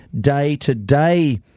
day-to-day